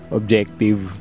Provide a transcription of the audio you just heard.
objective